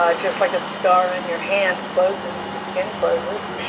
ah just like a scar on your hand closes, the skin closes.